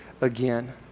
again